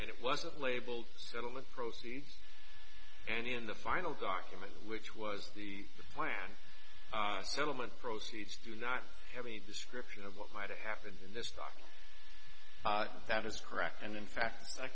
and it wasn't labeled settlement proceeds and in the final document which was the plan settlement proceeds do not have any description of what might have happened in this stock that is correct and in fact